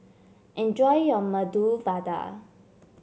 enjoy your Medu Vada